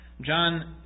John